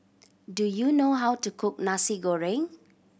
do you know how to cook Nasi Goreng